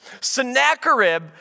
Sennacherib